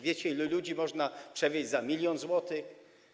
Wiecie, ile ludzi można przewieźć za milion złotych?